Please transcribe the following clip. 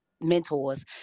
mentors